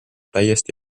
täiesti